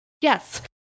Yes